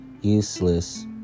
useless